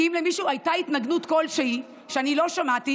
כי אם למישהו הייתה התנגדות כלשהי שאני לא שמעתי